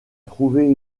trouver